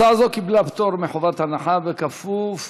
הצעה זו קיבלה פטור מחובת הנחה, בכפוף,